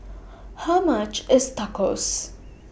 How much IS Tacos